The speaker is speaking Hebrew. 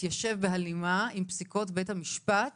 מתיישב בהלימה עם פסיקות בית המשפט